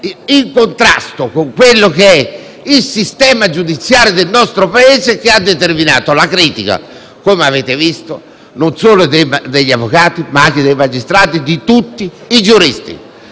in contrasto con il sistema giudiziario del nostro Paese. Ciò ha determinato la critica - come avete visto - non solo degli avvocati, ma anche dei magistrati e di tutti i giuristi;